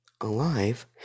alive